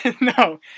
no